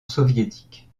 soviétique